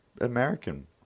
American